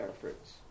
fruits